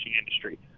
industry